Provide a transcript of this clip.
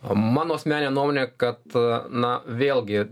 mano asmenine nuomone kad na vėlgi